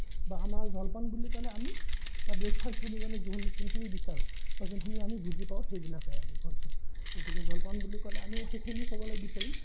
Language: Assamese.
বা আমাৰ জলপান বুলি ক'লে আমি বা ব্ৰেকফাষ্ট বুলি ক'লে যোনখিনি আমি বিচাৰোঁ বা যোনখিনি আমি বুজি পাওঁ সেইবিলাকে আৰু কৈছোঁ গতিকে জলপান বুলি ক'লে আমি সেইখিনিয়ে ক'বলৈ বিচাৰিম